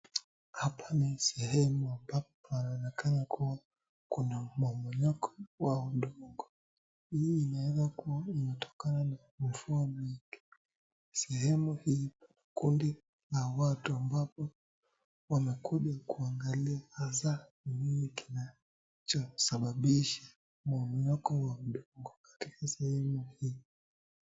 Hapa ni sehemu ambapo panaonekana kuwa kuna mmomonyoko wa udongo. Hii inaweza kuwa imetokana na mvua mwingi. Sehemu hii kundi la watu ambapo wamekuja kuangalia hasa nini kinachosababisha mmomonyoko wa udongo katika sehemu hii.